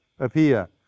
Appear